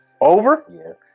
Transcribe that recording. Over